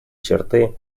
черты